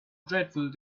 dreadful